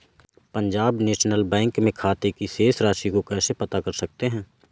Punjab national bank में खाते की शेष राशि को कैसे पता कर सकते हैं?